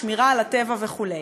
שמירה על הטבע וכו'.